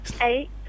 Eight